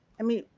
i mean,